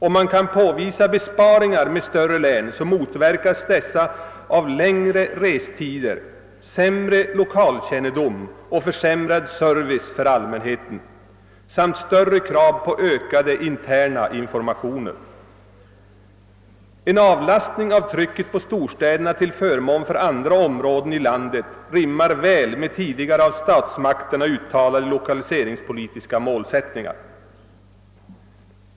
Om man kan påvisa besparingar med större län, motverkas de av längre restider, sämre 10 kalkännedom och försämrad service för allmänheten samt ökade krav på interna informationer. En avlastning av trycket på storstäderna till förmån för andra områden i landet rimmar väl med tidigare av statsmakterna uttalade 1okaliseringspolitiska målsättningar.